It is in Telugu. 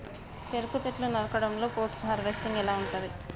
చెరుకు చెట్లు నరకడం లో పోస్ట్ హార్వెస్టింగ్ ఎలా ఉంటది?